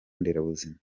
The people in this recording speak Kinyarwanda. nderabuzima